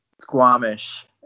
Squamish